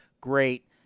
great